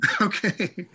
okay